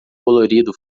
colorido